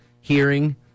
hearing